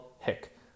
Hick